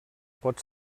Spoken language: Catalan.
pot